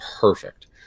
perfect